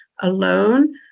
alone